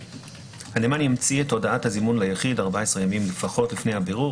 הנאמן ימציא את הודעת הזימון ליחיד 14 ימים לפחות לפני הבירור,